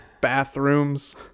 Bathrooms